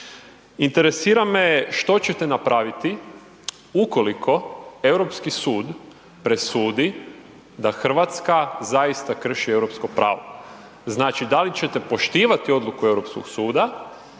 Interesira me što ćete napraviti ukoliko Europski sud presudi da Hrvatska zaista krši europsko pravo, znači da li ćete poštivati odluku Europskog suda